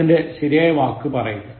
അതിന്റെ ശരിയായ വാക്ക് പറയുക